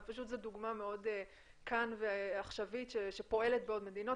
זו פשוט דוגמה מאוד כאן ועכשווית שפועלת בעוד מדינות,